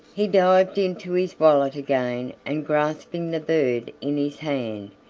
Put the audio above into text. he dived into his wallet again, and grasping the bird in his hand,